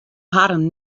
harren